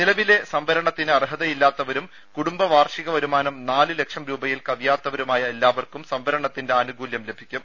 നിലവിലെ സംവരണത്തിന് അർഹതയില്ലാത്തവരും കൂടും ബവാർഷിക വരുമാനം നാല് ലക്ഷം രൂപയിൽ കവിയാത്തവരു മായ എല്ലാവർക്കും സംവരണത്തിന്റെ ആനുകൂല്യം ലഭിക്കും